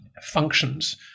functions